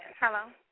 hello